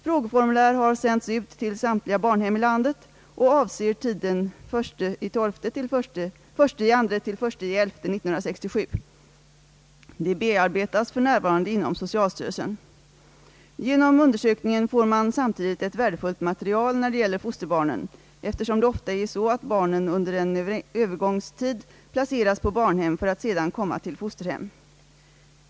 Frågeformulär har sänts ut till samtliga barnhem i landet och avser tiden 1 11 1967. De bearbetas f.n. inom socialstyrelsen. Genom undersökningen får man samtidigt ett värdefullt material när det gäller fosterbarnen, eftersom det ofta är så att barnen under en övergångstid placeras på barnhem för att sedan komma till fosterhem.